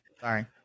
sorry